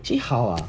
actually how ah